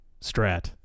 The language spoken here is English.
Strat